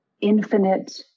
infinite